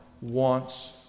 wants